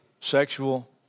sexual